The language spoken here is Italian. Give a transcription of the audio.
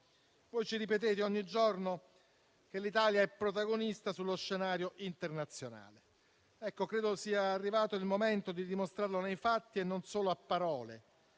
Voi ripetete ogni giorno che l'Italia è protagonista sullo scenario internazionale. Ecco, credo sia arrivato il momento di dimostrarlo nei fatti e non solo a parole.